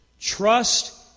Trust